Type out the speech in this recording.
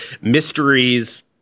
mysteries